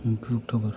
गु अक्ट'बर